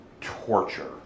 torture